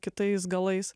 kitais galais